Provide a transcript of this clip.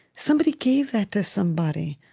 somebody gave that to somebody,